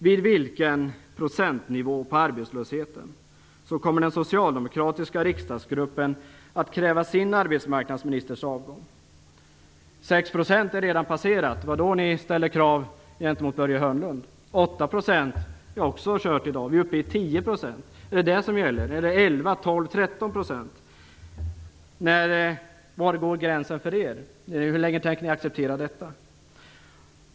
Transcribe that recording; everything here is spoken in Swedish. Vid vilken procentnivå för arbetslösheten kommer den socialdemokratiska riksdagsgruppen att kräva sin arbetsmarknadsministers avgång? 6 % är redan passerat. Det var då ni ställde krav på Börje Hörnlunds avgång. 8 % är också kört i dag. Vi är uppe på 10 %. Är det det som gäller? Är det 11 %, 12 % eller 13 %? Var går gränsen för er? Hur länge tänker ni acceptera detta?